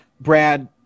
Brad